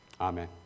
Amen